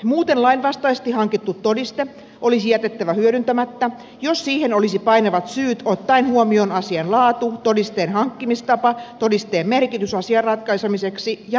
muuten lainvastaisesti hankittu todiste olisi jätettävä hyödyntämättä jos siihen olisi painavat syyt ottaen huomioon asian laatu todisteen hankkimistapa todisteen merkitys asian ratkaisemiseksi ja muut olosuhteet